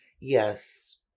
Yes